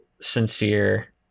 sincere